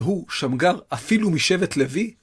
הוא שם גר אפילו משבט לוי?